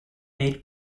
made